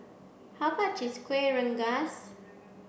how much is Kueh Rengas